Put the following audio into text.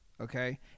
Okay